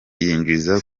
yinjiza